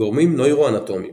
גורמים נוירואנטומים